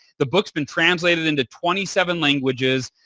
the books been translated into twenty seven languages.